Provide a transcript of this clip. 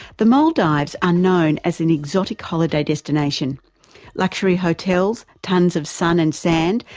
the maldives are known as an exotic holiday destination luxury hotels, tons of sun and sand,